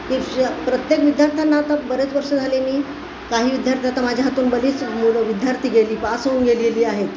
की श प्रत्येक विद्यार्थ्यांना आता बरेच वर्ष झाली मी काही विद्यार्थी आता माझ्या हातून बरीच मुलं विद्यार्थी गेली पास होऊन गेलेली आहेत